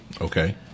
Okay